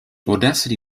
audacity